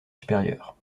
supérieur